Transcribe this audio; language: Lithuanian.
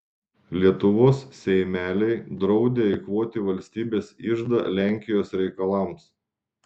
lietuvos seimeliai draudė eikvoti valstybės iždą lenkijos reikalams